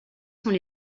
sont